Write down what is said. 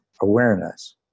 awareness